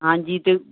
ਹਾਂਜੀ ਤੇ